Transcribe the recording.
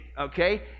Okay